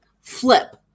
flip